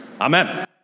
Amen